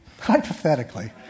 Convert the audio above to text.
Hypothetically